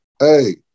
hey